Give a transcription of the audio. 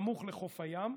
סמוכה לחוף הים,